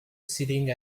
sitting